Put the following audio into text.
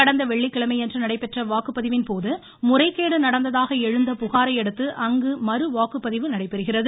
கடந்த வெள்ளிக்கிழமையன்று நடைபெற்ற வாக்குப்பதிவின் போது முறைகேடு நடந்ததாக எழுந்த புகாரையடுத்து அங்கு மறு வாக்குப்பதிவு நடைபெறுகிறது